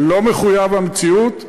לא מחויב המציאות.